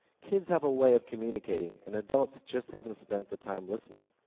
kids have a way of communicating, and adults just haven't spent the time listening.